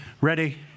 Ready